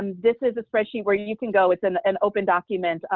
um this is a spreadsheet where you can go. it's and an open document,